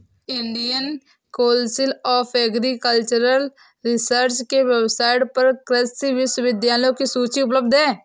Indian council of agricultural research के website पर कृषि विश्वविद्यालयों की सूची उपलब्ध है